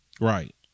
Right